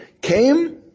came